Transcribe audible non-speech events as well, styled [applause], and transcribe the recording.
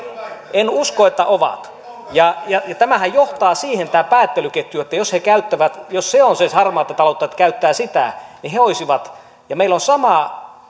en usko että ovat tämä päättelyketjuhan johtaa siihen että jos on siis harmaata taloutta se että käyttää sitä niin he olisivat ja meillä on sama [unintelligible]